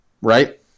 right